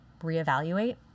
reevaluate